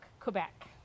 Quebec